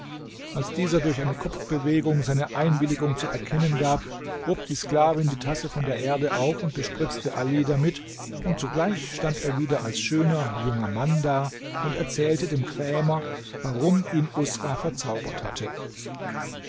als dieser durch eine kopfbewegung seine einwilligung zu erkennen gab hob die sklavin die tasse von der erde auf und bespritzte ali damit und sogleich stand er wieder als schöner junger mann da und erzählte dem krämer warum ihn usra verzaubert hatte